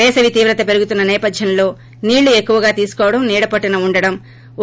పేసవి తీవ్రత పెరుగుతున్న నేపద్యం లో నీరు ఎక్కువుగా తీసుకోవడం నీడ పట్టున వుండడం ఓ